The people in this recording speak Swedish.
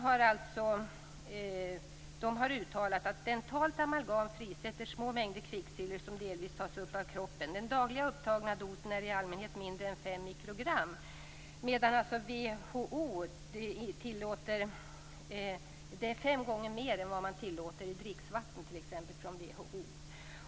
Man har uttalat att dentalt amalgam frisätter små mängder kvicksilver som delvis tas upp av kroppen. Den dagliga upptagna dosen är i allmänhet mindre än 5 mikrogram, och det är fem gånger mer än vad WHO tillåter i t.ex. dricksvatten.